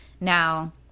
Now